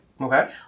Okay